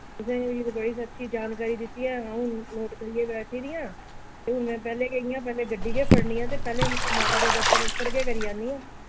तुसें ते बड़ी अच्छी जानकारी दित्ती ऐ अ'ऊं नोट करियै बैठी दी आं ते हून में पैह्लें गै इ'यां पैह्लें गड्डी गै फड़नी ऐ ते पैह्लें माता दे दर्शन उप्पर गै करी आन्नी आं